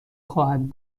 خواهد